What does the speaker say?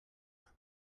but